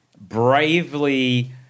bravely